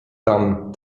tam